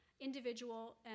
individual